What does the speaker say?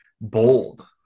bold